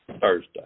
Thursday